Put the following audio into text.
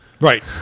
Right